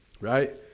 right